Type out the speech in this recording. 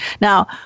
Now